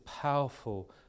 powerful